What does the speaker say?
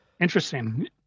interesting